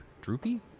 droopy